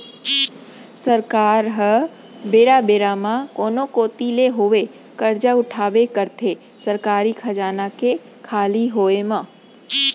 सरकार ह बेरा बेरा म कोनो कोती ले होवय करजा उठाबे करथे सरकारी खजाना के खाली होय म